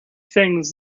things